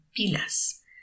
pilas